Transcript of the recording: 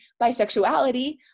bisexuality